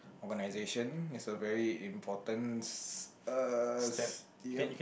organisation is a very importance s~ uh yup